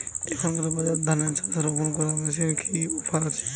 এখনকার বাজারে ধানের চারা রোপন করা মেশিনের কি অফার আছে?